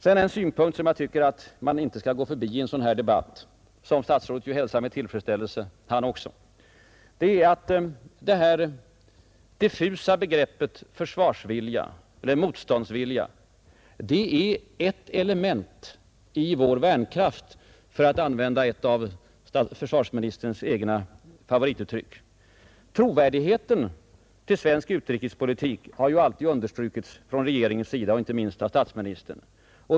En annan synpunkt som jag tycker att man inte skall gå förbi i en sådan här debatt — som ju också statsrådet hälsar med tillfredsställelse — är att begreppet försvarsvilja eller motståndsvilja är ett element i vår värnkraft, för att använda ett av försvarsministerns egna favorituttryck. Trovärdigheten hos svensk utrikespolitik har ju alltid understrukits från regeringens sida, inte minst av statsministern.